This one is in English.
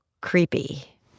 creepy